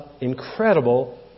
incredible